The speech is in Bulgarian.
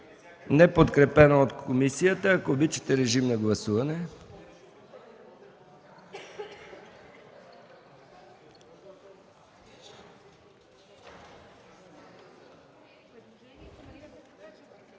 неподкрепено от комисията. Ако обичате, режим на гласуване.